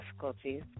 difficulties